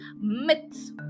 myths